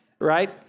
right